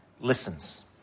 Listens